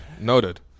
Noted